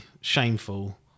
Shameful